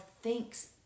thinks